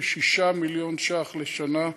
כ-6 מיליון ש"ח לשנה,